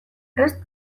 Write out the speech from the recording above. prest